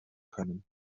können